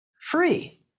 free